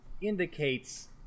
indicates